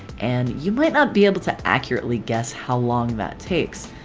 and you might not be able to accurately guess how long that takes.